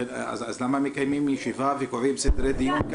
אז למה מקיימים ישיבה וקובעים סדרי דיון?